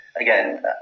again